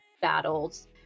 battles